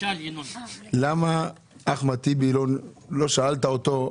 למה לא שאלת את אחמד טיבי,